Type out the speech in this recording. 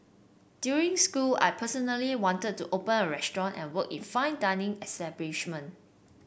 during school I personally wanted to open a restaurant and work in fine dining establishment